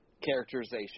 characterization